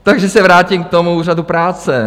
Takže se vrátím k tomu úřadu práce.